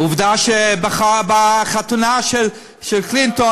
עובדה שבחתונה של קלינטון